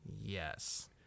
Yes